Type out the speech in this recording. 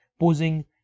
posing